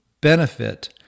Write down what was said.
benefit